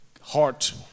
heart